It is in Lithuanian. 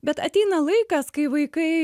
bet ateina laikas kai vaikai